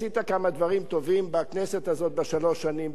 עשית כמה דברים טובים בכנסת הזאת בשלוש שנים,